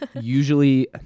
usually